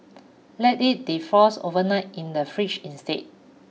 let it defrost overnight in the fridge instead